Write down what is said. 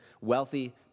wealthy